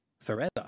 forever